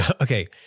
okay